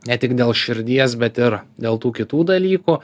ne tik dėl širdies bet ir dėl tų kitų dalykų